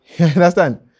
understand